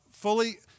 fully